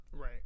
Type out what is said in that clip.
right